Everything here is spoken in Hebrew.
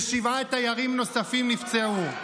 ושבעה תיירים נוספים נפצעו.